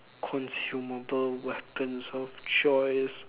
consumable weapons of choice